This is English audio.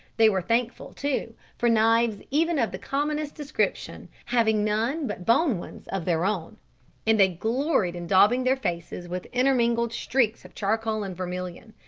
they were thankful, too, for knives even of the commonest description, having none but bone ones of their own and they gloried in daubing their faces with intermingled streaks of charcoal and vermilion.